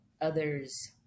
others